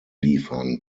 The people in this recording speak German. liefern